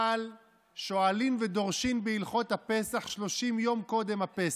אבל שואלים ודורשים בהלכות הפסח 30 יום קודם הפסח.